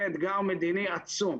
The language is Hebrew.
זה אתגר מדיני עצום